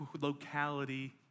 locality